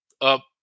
up